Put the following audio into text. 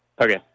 Okay